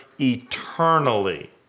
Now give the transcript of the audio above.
eternally